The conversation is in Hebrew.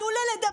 תנו לה לדבר.